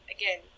again